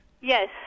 Yes